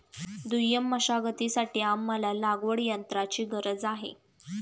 दुय्यम मशागतीसाठी आम्हाला लागवडयंत्राची गरज आहे